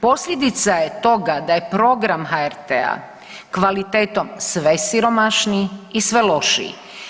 Posljedica je toga da je program HRT-a kvalitetom sve siromašniji i sve lošiji.